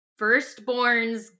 firstborns